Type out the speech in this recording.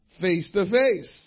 face-to-face